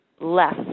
less